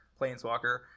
planeswalker